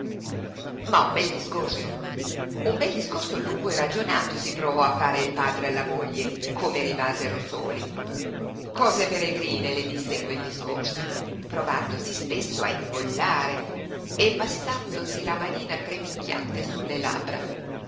ma un bel discorso un bel discorso lungo e ragionato si provò a fare il padre alla moglie come rimasero soli cose peregrine le disse in quel discorso provandosi spesso a ingollare e passandosi la manina tremicchiante sulle labbra